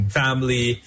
family